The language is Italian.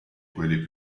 quelli